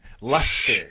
luster